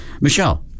michelle